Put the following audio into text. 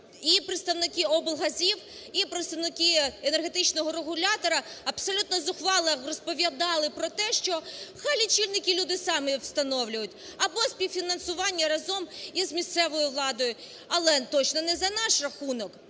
і представники облгазів, і представники енергетичного регулятора абсолютно зухвало розповідали про те, що хай лічильники люди самі встановлюють або співфінансування разом із місцевою владою, але точно не за наш рахунок.